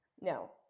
No